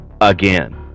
again